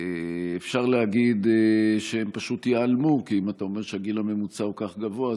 אפשר להגיד שהם פשוט ייעלמו כי אם אתה אומר שהגיל הממוצע הוא כך גבוה,